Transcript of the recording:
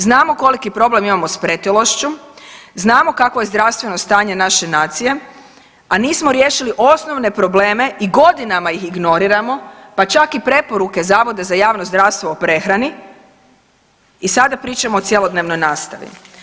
Znamo koliki problem imamo sa pretilošću, znamo kakvo je zdravstveno stanje naše nacije, a nismo riješili osnovne probleme i godinama ih ignoriramo, pa čak i preporuke Zavoda za javno zdravstvo o prehrani i sada pričamo o cjelodnevnoj nastavi.